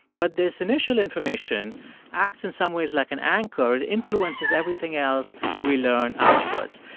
but this initial information acts, in some ways, like an anchor. it influences everything else we learn afterwards.